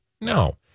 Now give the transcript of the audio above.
no